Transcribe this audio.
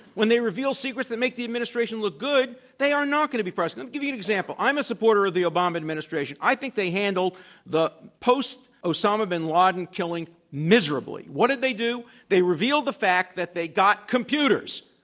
when they reveal secrets that make the administration look good, they are not going to be prosecuted. i'll give you an example. i'm a supporter of the obama administration. i think they handled the post-osama bin laden and killing miserably. what did they do? they revealed the fact that they got computers.